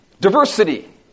diversity